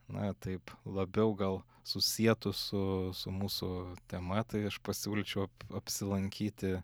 na taip labiau gal susietus su su mūsų tema tai aš pasiūlyčiau apsilankyti